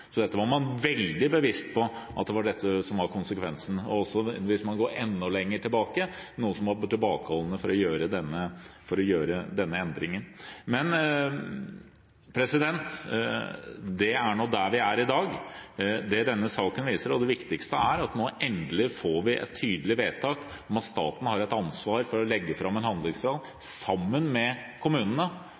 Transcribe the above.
Så man var veldig bevisst på at det var dette som var konsekvensen. Hvis man går enda lenger tilbake, var det noen som var tilbakeholdne med å gjøre denne endringen. Men det er nå der vi er i dag. Det denne saken viser, og som er det viktigste, er at vi nå endelig får et tydelig vedtak om at staten har et ansvar for å legge fram en handlingsplan, sammen med kommunene,